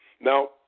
Now